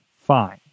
fine